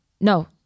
no